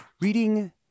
reading